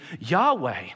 Yahweh